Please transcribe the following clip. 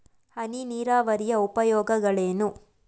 ಹನಿ ನೀರಾವರಿಯ ಉಪಯೋಗಗಳೇನು?